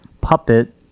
puppet